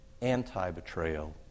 anti-betrayal